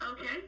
Okay